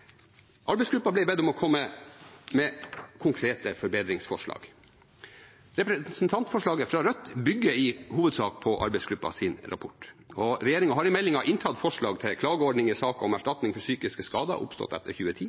ble bedt om å komme med konkrete forbedringsforslag. Representantforslaget fra Rødt bygger i hovedsak på arbeidsgruppens rapport. Regjeringen har i meldingen inntatt forslag til klageordning i saker om erstatning for psykiske skader oppstått etter 2010.